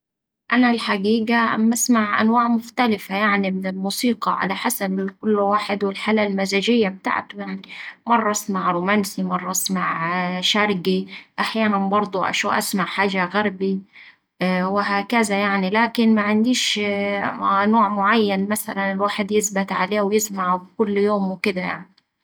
أنا الحقيقة اما أسمع أنواع مختلفة يعني من الموسيقى على حسب كل واحد والحالة المزاجية بتاعته يعني. مرة أسمع رومانسي مرة أسمع شرقي أحيانا برده أش أسمع حاجة غربي وهكذا يعني، لكن معنديش نوع معين مثلا الواحد يثبت عليه ويسمعه كل يوم وكدا يعني